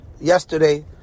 yesterday